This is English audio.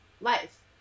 life